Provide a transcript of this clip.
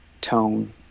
tone